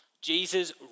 Jesus